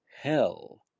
hell